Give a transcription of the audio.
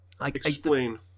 Explain